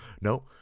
no